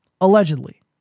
Allegedly